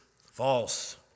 False